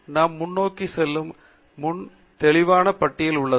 மேலும் நாம் முன்னோக்கி செல்லும் முன் ஒரு தெளிவான பட்டியல் உள்ளது